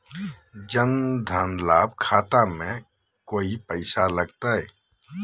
जन धन लाभ खाता में कोइ पैसों लगते?